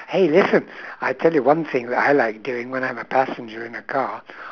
!hey! listen I tell you one thing that I like doing when I'm a passenger in a car